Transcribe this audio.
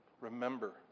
remember